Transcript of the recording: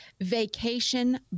Vacation